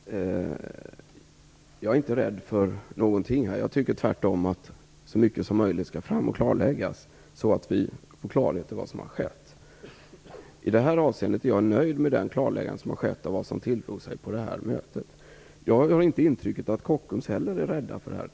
Herr talman! Jag är inte rädd för någonting här. Jag tycker tvärtom att så mycket som möjligt skall komma fram och klarläggas så att vi får klarhet i vad som har skett. I det avseendet är jag nöjd med den klarläggning som har skett av vad som tilldrog sig på det här mötet. Jag har heller inte intrycket att man på Kockums är rädd för det här.